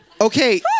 Okay